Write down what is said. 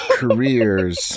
careers